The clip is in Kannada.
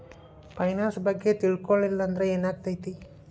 ಫೈನಾನ್ಸ್ ಬಗ್ಗೆ ತಿಳ್ಕೊಳಿಲ್ಲಂದ್ರ ಏನಾಗ್ತೆತಿ?